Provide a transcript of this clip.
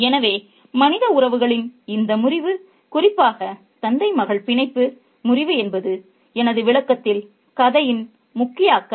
எனவே மனித உறவுகளின் இந்த முறிவு குறிப்பாக தந்தை மகள் பிணைப்பு முறிவு என்பது எனது விளக்கத்தில் கதையின் முக்கிய அக்கறை